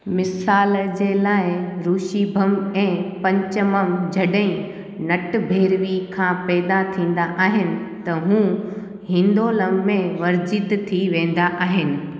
मिसाल जे लाइ ऋषिभम ऐं पंचमम जड॒हिं नटभैरवी खां पैदा थींदा आहिनि त हूं हिन्दोलम में वर्जित थी वींदा आहिनि